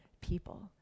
people